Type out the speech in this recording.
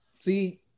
See